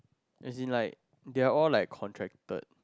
as in like they are all like contracted